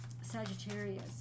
Sagittarius